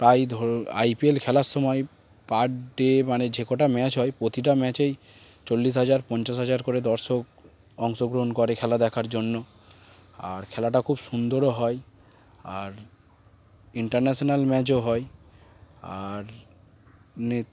প্রায় ধর I P L খেলার সময় পার ডে মানে যে কটা ম্যাচ হয় প্রতিটা ম্যাচেই চল্লিশ হাজার পঞ্চাশ হাজার করে দর্শক অংশগ্রহণ করে খেলা দেখার জন্য আর খেলাটা খুব সুন্দরও হয় আর ইন্টারন্যাশনাল ম্যাচও হয় আর